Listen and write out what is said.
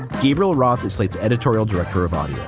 gabriel roth is slate's editorial director of audio.